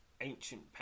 ancient